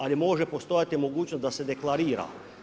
Ali može postojati mogućnost da se deklarira.